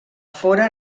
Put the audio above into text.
fóra